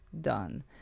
done